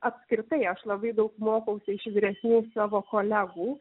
apskritai aš labai daug mokausi iš vyresnių savo kolegų